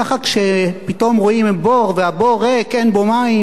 כך כשפתאום רואים בור והבור ריק ואין בו מים,